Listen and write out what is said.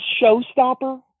showstopper